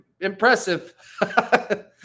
impressive